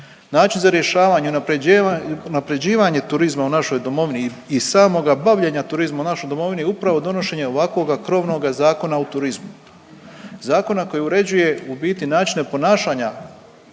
Način za rješavanje i unapređivanje turizma u našoj domovini i samoga bavljenja turizmom u našoj domovini je upravo donošenje ovakvoga krovnoga Zakona o turizmu, zakona koji uređuje u biti načine ponašanja u turizmu,